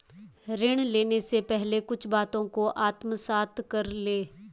ऋण लेने से पहले कुछ बातों को आत्मसात कर लें